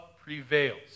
prevails